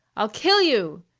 i'll kill you!